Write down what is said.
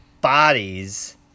bodies